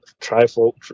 trifle